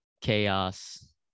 chaos